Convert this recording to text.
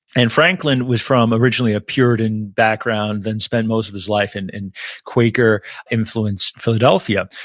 and franklin was from, originally, a puritan background, then spent most of his life in quaker-influenced philadelphia,